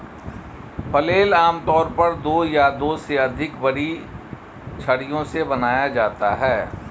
flail आमतौर पर दो या दो से अधिक बड़ी छड़ियों से बनाया जाता है